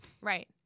Right